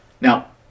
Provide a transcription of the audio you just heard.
Now